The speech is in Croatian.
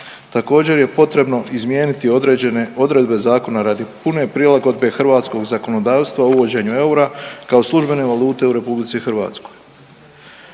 Također je potrebno izmijeniti određene odredbe zakona radi pune prilagodbe hrvatskog zakonodavstva o uvođenju eura kao službene valute u RH. Važno